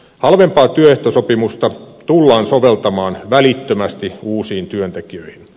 halvempaa työehtosopimusta tullaan soveltamaan välittömästi uusiin työntekijöihin